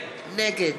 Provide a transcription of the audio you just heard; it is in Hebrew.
נגד